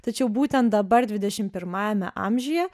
tačiau būtent dabar dvidešim pirmajame amžiuje